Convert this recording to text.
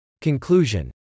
Conclusion